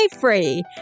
free